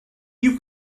you